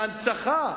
להנצחה,